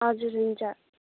हजुर हुन्छ